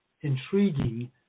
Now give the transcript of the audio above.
intriguing